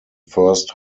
first